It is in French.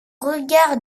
regard